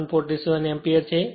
47 એમ્પીયરછે